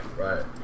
right